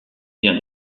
vient